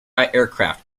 aircraft